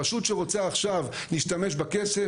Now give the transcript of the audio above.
רשות שרוצה עכשיו להשתמש בכסף,